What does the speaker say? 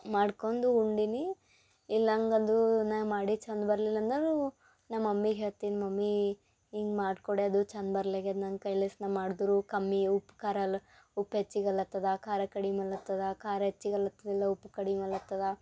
ಮಾಡ್ಕೊಂಡು ಉಂಡಿನಿ ಇಲ್ಲಿ ನಂಗೆ ಅದು ನಾ ಮಾಡಿದ್ದು ಚಂದ ಬರ್ಲಿಲ್ಲ ಅಂದರೆ ನಾ ಮಮ್ಮಿಗೆ ಹೇಳ್ತೀನಿ ಮಮ್ಮೀ ಹಿಂಗ್ ಮಾಡಿಕೊಡೆ ಅದು ಚಂದ ಬರ್ಲಾಗ್ಯದ ನನ್ನ ಕೈಲಿ ಎಸ್ನ ಮಾಡಿದ್ರು ಕಮ್ಮಿ ಉಪ್ಪು ಖಾರ ಎಲ್ಲ ಉಪ್ಪು ಹೆಚ್ಚಿಗೆ ಅಲ್ಲತ್ತದ ಖಾರ ಕಡಿಮೆ ಅಲ್ಲತ್ತದ ಖಾರ ಹೆಚ್ಚಿಗೆ ಅಲ್ಲತ್ತಿದ ಇಲ್ಲ ಉಪ್ಪು ಕಡಿಮೆ ಅಲ್ಲತ್ತದ